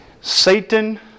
Satan